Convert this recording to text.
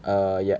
err ya